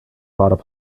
brought